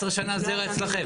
11 שנה הזרע אצלכם.